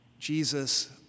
Jesus